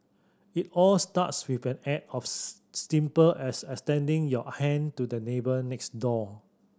it all starts with an act as extending your hand to the neighbour next door